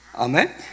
Amen